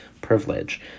privilege